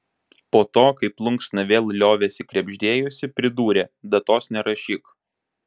po to kai plunksna vėl liovėsi krebždėjusi pridūrė datos nerašyk